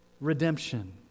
redemption